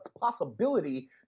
possibility